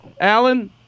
Alan